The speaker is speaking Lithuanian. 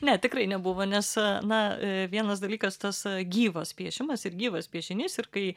ne tikrai nebuvo nes na vienas dalykas tas gyvas piešimas ir gyvas piešinys ir kai